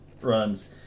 runs